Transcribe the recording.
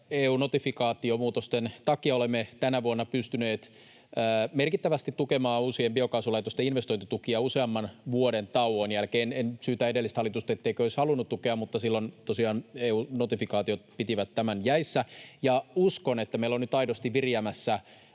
EU-notifikaatiomuutosten takia olemme tänä vuonna pystyneet merkittävästi tukemaan uusien biokaasulaitosten investointitukia useamman vuoden tauon jälkeen. En syytä edellistä hallitusta, etteikö se olisi halunnut tukea, mutta silloin tosiaan EU:n notifikaatiot pitivät tämän jäissä. Uskon, että meillä on nyt aidosti viriämässä